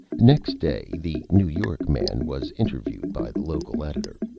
next day the new york man was interviewed by the local editor.